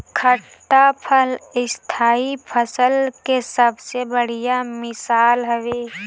खट्टा फल स्थाई फसल के सबसे बढ़िया मिसाल हवे